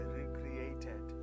recreated